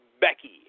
Becky